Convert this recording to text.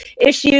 issues